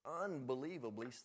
unbelievably